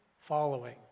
following